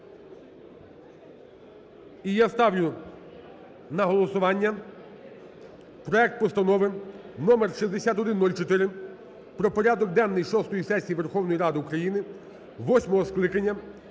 І я ставлю на голосування проект Постанови (номер 6104) про порядок денний шостої сесії Верховної Ради України восьмого скликання